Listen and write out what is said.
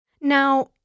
Now